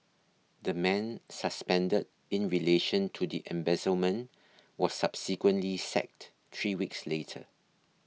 the man suspended in relation to the embezzlement was subsequently sacked three weeks later